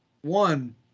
One